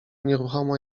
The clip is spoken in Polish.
nieruchomo